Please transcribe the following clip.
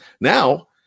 Now